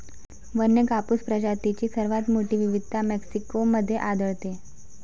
वन्य कापूस प्रजातींची सर्वात मोठी विविधता मेक्सिको मध्ये आढळते